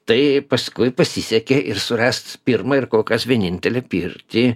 tai paskui pasisekė ir surast pirmą ir kol kas vienintelę pirtį